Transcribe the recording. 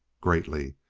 greatly.